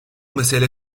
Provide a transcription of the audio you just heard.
mesele